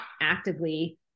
actively